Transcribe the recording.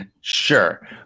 sure